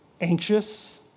anxious